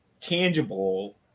tangible